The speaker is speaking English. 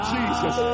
Jesus